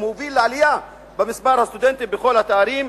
מוביל לעלייה במספר הסטודנטים בכל התארים,